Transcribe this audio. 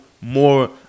more